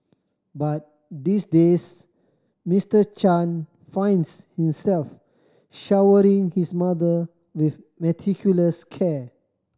but these days Mister Chan finds himself showering his mother with meticulous care